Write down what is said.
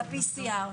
על ה-PCR.